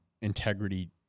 integrity